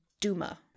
Duma